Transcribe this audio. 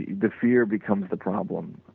the fear becomes the problem,